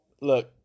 Look